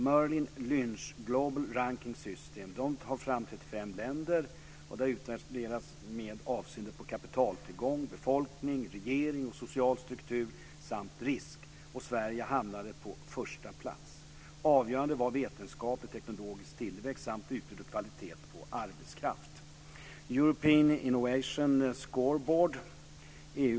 länder, som utvärderats med avseende på kapitaltillgång, befolkning, regering och social struktur samt risk. Sverige hamnade på första plats. Avgörande var vetenskaplig och teknologisk tillväxt samt utbud och kvalitet på arbetskraft.